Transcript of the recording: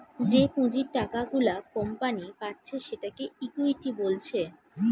যে পুঁজির টাকা গুলা কোম্পানি পাচ্ছে সেটাকে ইকুইটি বলছে